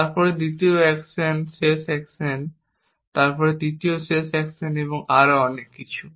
তারপরে দ্বিতীয় শেষ অ্যাকশন তারপরে তৃতীয় শেষ অ্যাকশন এবং আরও অনেক কিছু